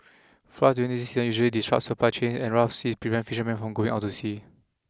floods during this season usually disrupt supply chains and rough sea prevent fishermen from going out to sea